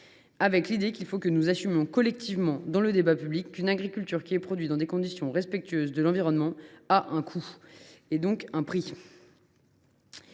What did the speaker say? faut de surcroît que nous assumions collectivement, dans le débat public, qu’une agriculture qui produit dans des conditions respectueuses de l’environnement a un coût, donc un prix.